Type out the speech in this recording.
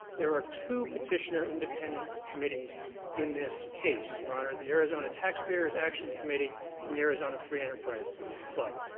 there are two petitioner independent committees in this case, your honor, the arizona taxpayers action committee and the arizona free enterprise club.